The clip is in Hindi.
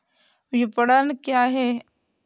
विपणन क्या है?